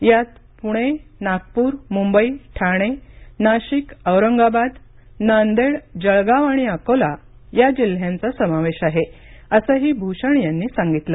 यात पुणे नागपूर मुंबई ठाणे नाशिक औरंगाबाद नांदेड जळगाव आणि अकोला या जिल्ह्यांचा समावेश आहे असंही भूषण यांनी सांगितलं